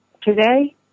Today